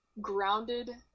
grounded